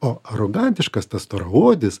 o arogantiškas tas storaodis